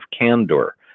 candor